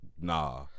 Nah